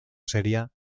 seria